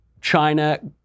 China